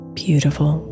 beautiful